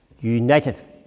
United